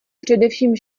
především